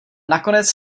nakonec